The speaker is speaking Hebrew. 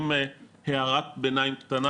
עם הערת ביניים קטנה,